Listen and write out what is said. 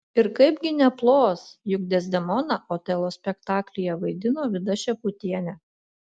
ir kaipgi neplos juk dezdemoną otelo spektaklyje vaidino vida šeputienė